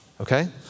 okay